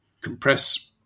compress